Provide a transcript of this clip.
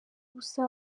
ubusa